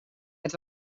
het